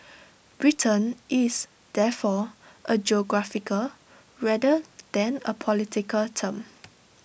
Britain is therefore A geographical rather than A political term